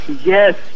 Yes